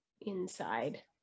inside